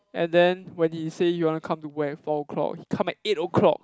and then when he say he want to come to work at four o-clock he come at eight o'clock